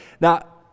Now